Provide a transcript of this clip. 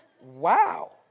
Wow